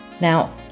Now